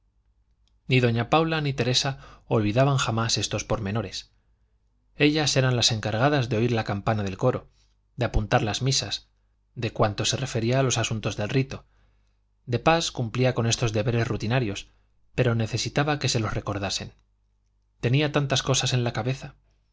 ni doña paula ni teresa olvidaban jamás estos pormenores ellas eran las encargadas de oír la campana del coro de apuntar las misas de cuanto se refería a los asuntos del rito de pas cumplía con estos deberes rutinarios pero necesitaba que se los recordasen tenía tantas cosas en la cabeza